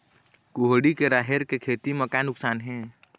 कुहड़ी के राहेर के खेती म का नुकसान हे?